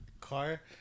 car